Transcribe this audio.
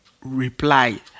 reply